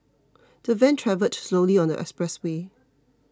the van travelled slowly on the expressway